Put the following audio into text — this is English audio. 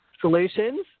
solutions